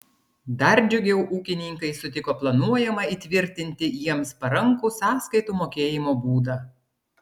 dar džiugiau ūkininkai sutiko planuojamą įtvirtinti jiems parankų sąskaitų mokėjimo būdą